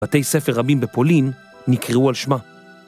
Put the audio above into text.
בתי ספר רבים בפולין נקראו על שמה.